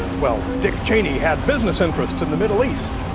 well, dick cheney had business interests in the middle east.